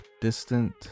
distant